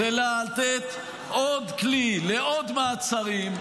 זה לתת עוד כלי לעוד מעצרים,